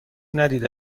ندیده